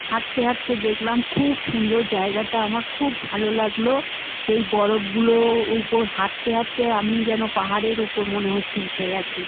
হাঁটতে হাঁটতে দেখলাম খুব সুন্দর জায়গাটা আমার খুব ভালো লাগলো সেই বরফগুলোর উপর হাঁটতে হাঁটতে আমি যেন পাহাড়ের উপর মনে হচ্ছে উঠে গেছি